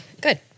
Good